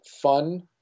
fun